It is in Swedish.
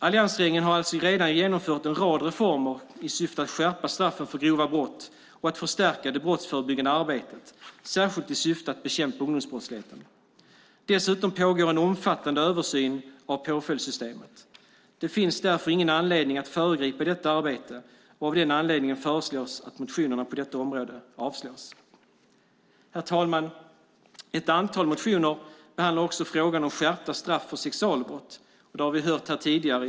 Alliansregeringen har alltså redan genomfört en rad reformer i syfte att skärpa straffen för grova brott och att förstärka det brottsförebyggande arbetet, särskilt i syfte att bekämpa ungdomsbrottsligheten. Dessutom pågår en omfattande översyn av påföljdssystemet. Det finns därför ingen anledning att föregripa detta arbete, och av den anledningen föreslås att motionerna på detta område avslås. Herr talman! Ett antal motioner behandlar frågan om skärpta straff för sexualbrott, såsom våldtäkt och våldtäkt mot barn.